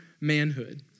manhood